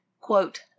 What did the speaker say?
quote